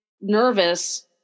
nervous